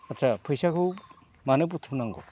आच्चा फैसाखौ मानो बुथुमनांगौ